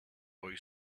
boy